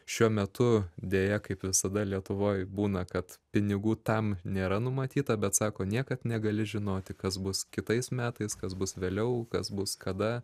šiuo metu deja kaip visada lietuvoj būna kad pinigų tam nėra numatyta bet sako niekad negali žinoti kas bus kitais metais kas bus vėliau kas bus kada